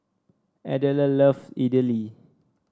Adelard love Idili